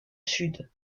sud